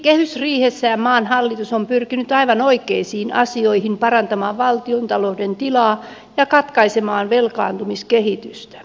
kehysriihessään maan hallitus on pyrkinyt aivan oikeisiin asioihin parantamaan valtiontalouden tilaa ja katkaisemaan velkaantumiskehitystä